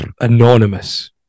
Anonymous